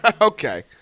Okay